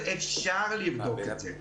ואפשר לבדוק את זה.